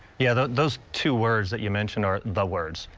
yeah, those those two words that you mention are the words,